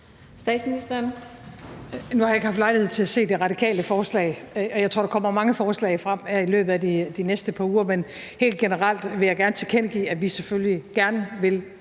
Frederiksen): Nu har jeg ikke haft lejlighed til at se Radikales forslag, og jeg tror, at der kommer mange forslag frem i løbet af de næste par uger, men helt generelt vil jeg gerne tilkendegive, at vi selvfølgelig gerne vil